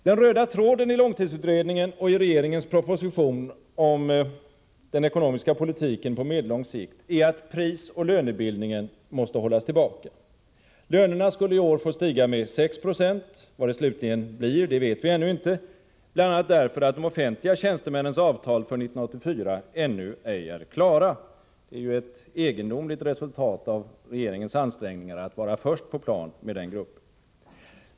Den röda tråden i långtidsutredningen och i regeringens proposition om den ekonomiska politiken på medellång sikt är att prisoch lönebildningen måste hållas tillbaka. Lönerna skulle i år få stiga med 6 20. Vad det slutligen blir vet vi ännu inte, bl.a. därför att de offentliga tjänstemännens avtal för 1984 ännu ej är klara. Det är ju ett egendomligt resultat av regeringens ansträngningar att vara först på plan med den gruppen.